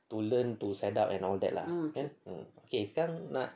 to learn to set up and all that lah kan okay sekarang nak